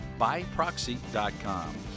Buyproxy.com